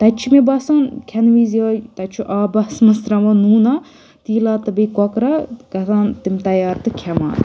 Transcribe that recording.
تَتہِ چھُ مےٚ باسان کھؠن وِزِ یِہٲے تَتہِ چھُ آبَس منٛز تَراوان نوٗنا تیٖلا تہٕ بیٚیہِ کۄکَرا کَران تِم تَیار تہٕ کھؠوان آسان